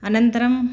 अनन्तरं